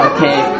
Okay